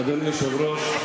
אדוני היושב-ראש,